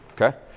okay